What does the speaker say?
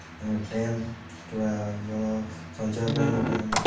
dam କିମ୍ୱା ଜଳ ସଞ୍ଚୟ ପାଇଁ ଗୋଟେ